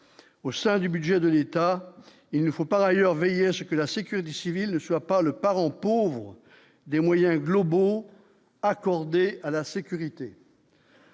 au sein du budget de l'État, il ne faut par ailleurs veiller à ce que la sécurité civile ne soit pas le parent pauvre des moyens globaux accordés à la sécurité.